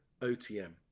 OTM